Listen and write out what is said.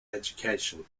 education